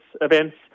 events